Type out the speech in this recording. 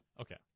Okay